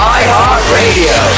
iHeartRadio